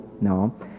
No